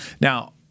Now